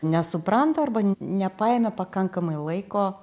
nesupranta arba nepaėmė pakankamai laiko